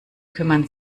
kümmern